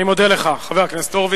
אני מודה לך, חבר הכנסת